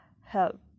help